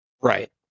right